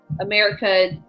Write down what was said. America